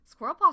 Squirrelpaw